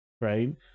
right